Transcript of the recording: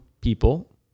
people